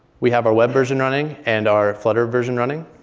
we have our web version running and our flutter version running.